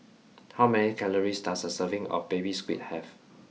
how many calories does a serving of baby squid have